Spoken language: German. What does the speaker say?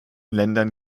ländern